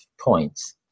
points